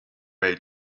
may